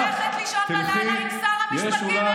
היא הולכת לישון בלילה עם שר המשפטים.